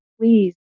please